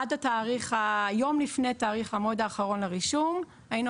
עד יום לפני תאריך המועד האחרון לרישום היינו